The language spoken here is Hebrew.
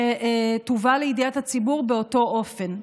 שתובא לידיעת הציבור באותו אופן.